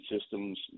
systems